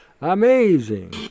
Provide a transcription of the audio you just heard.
amazing